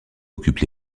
occupent